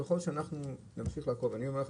ככל שאנחנו נמשיך לעקוב אני אומר לך,